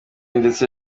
ndetse